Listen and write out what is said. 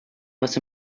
was